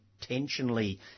intentionally